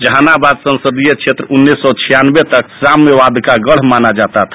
जहानाबाद संसदीय क्षेत्र उन्नीस सौ इक्यानवे तक साम्यवाद का गढ़ माना जाता था